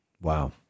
Wow